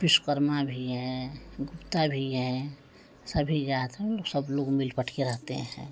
विश्वकर्मा भी हैं गुप्ता भी हैं सभी जात सब लोग मिल बाँट के रहते हैं